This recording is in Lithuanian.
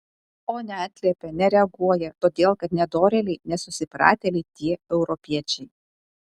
o neatliepia nereaguoja todėl kad nedorėliai nesusipratėliai tie europiečiai